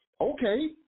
Okay